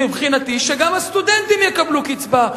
מבחינתי, שגם הסטודנטים יקבלו קצבה.